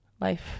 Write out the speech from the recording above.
Life